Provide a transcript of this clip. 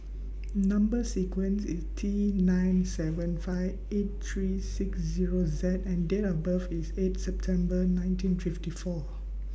Number sequence IS T nine seven five eight three six Zero Z and Date of birth IS eighth September nineteen fifty four